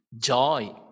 joy